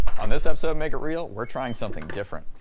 on this episode make it real we're trying something different,